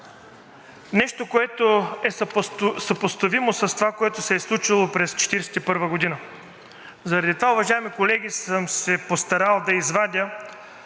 нещо, което е съпоставимо с това, което се е случило през 1941 г., и заради това, уважаеми колеги, съм се постарал да извадя